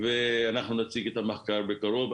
אנחנו נציג את המחקר בקרוב,